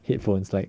headphones like